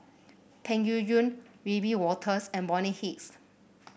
Peng Yuyun Wiebe Wolters and Bonny Hicks